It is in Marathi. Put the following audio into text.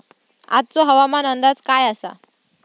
आजचो हवामान अंदाज काय आसा?